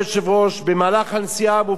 במהלך הנסיעה המופרעת הזו,